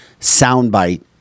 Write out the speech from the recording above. soundbite